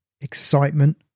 excitement